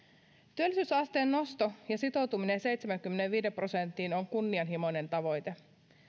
työllisyysasteen nosto ja sitoutuminen seitsemäänkymmeneenviiteen prosenttiin on kunnianhimoinen tavoite